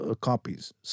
copies